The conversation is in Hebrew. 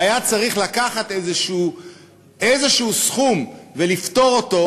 והיה צריך לקחת איזשהו סכום ולפטור אותו,